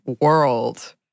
world